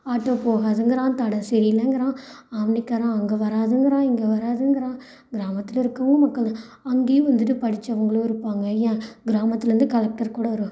auto போகாதுங்கிறான் தடை சரியில்லைங்கிறான் ஆம்னி கார் அங்கே வராதுங்கிறான் இங்கே வராதுங்கிறான் கிராமத்தில் இருக்கிறவும் மக்கள்தான் அங்கையும் வந்துட்டு படித்தவங்களும் இருப்பாங்க ஏன் கிராமத்திலிருந்து கலெக்டர் கூட வருவாங்க